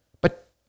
But